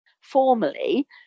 formally